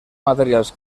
materials